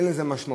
אין לזה משמעות.